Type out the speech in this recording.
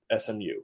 SMU